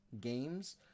games